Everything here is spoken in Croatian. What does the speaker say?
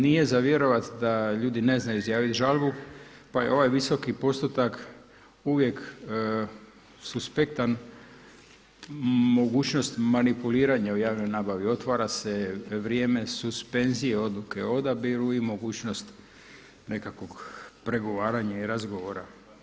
Nije za vjerovati da ljudi ne znaju izjaviti žalbu pa je ovaj visoki postotak uvijek suspektan mogućnosti manipuliranja u javnoj nabavi, otvara se vrijeme suspenzije odluke o odabiru i mogućnost nekakvog pregovaranja i razgovora.